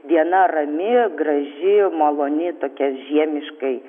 diena rami graži maloni tokia žiemiškai